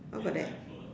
how about that